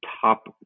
top